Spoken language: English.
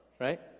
right